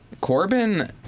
Corbin